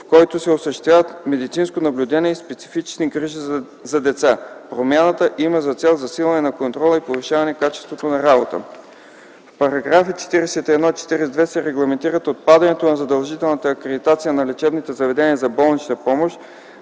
в който се осъществяват медицинско наблюдение и специфични грижи за деца. Промяната има за цел засилване на контрола и повишаване качеството на работа. В параграфи 41 и 42 се регламентира отпадането на задължителната акредитация на лечебните заведения за болнична помощ,